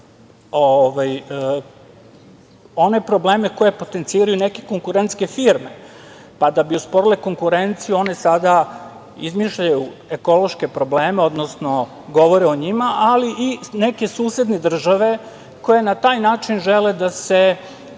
one probleme koje potenciraju neke konkurentske firme, pa da bi osporile konkurenciju one sada izmišljaju ekološke probleme, odnosno govore o njima, ali i neke susedne države koje na taj način žele da se